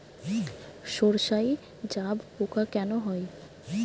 সর্ষায় জাবপোকা কেন হয়?